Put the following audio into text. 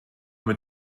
mit